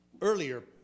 earlier